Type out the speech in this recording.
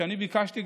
ואני ביקשתי,